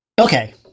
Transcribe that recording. Okay